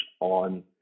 on